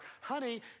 honey